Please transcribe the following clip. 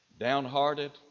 downhearted